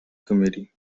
committee